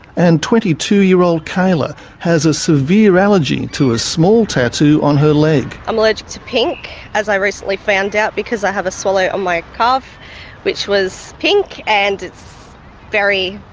and twenty two year old kayla has a severe allergy to a small tattoo on her leg. i'm allergic to pink, as i recently found out because i have a swallow on my calf which was pink, and it's very,